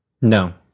no